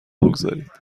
بگذارید